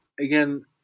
again